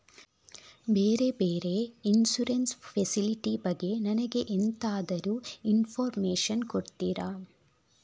ಬೇರೆ ಬೇರೆ insurance facility ಬಗ್ಗೆ ನನಗೆ ಎಂತಾದ್ರೂ ಇನ್ಫೋರ್ಮೇಷನ್ ಕೊಡ್ತೀರಾ?